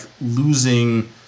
losing